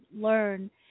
learn